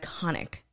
iconic